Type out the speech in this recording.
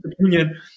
opinion